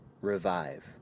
revive